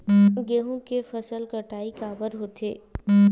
गेहूं के फसल कटाई काबर होथे?